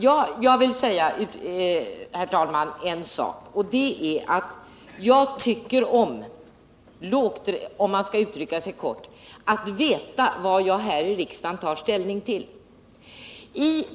En sak vill jag säga, herr talman, och det är att jag tycker om - kort uttryckt — att veta vad jag här i kammaren tar ställning till.